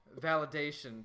validation